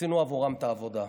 עשינו עבורם את העבודה.